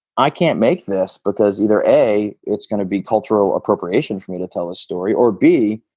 i can't make this because either, a, it's going to be cultural appropriation for me to tell a story or b,